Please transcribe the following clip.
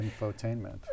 infotainment